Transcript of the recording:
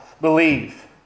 believe